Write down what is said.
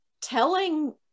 telling